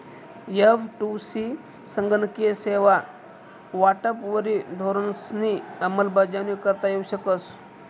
एफ.टु.सी संगणकीय सेवा वाटपवरी धोरणंसनी अंमलबजावणी करता येऊ शकस